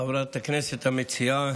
חברת הכנסת המציעה,